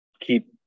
Keep